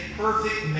perfect